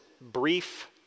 brief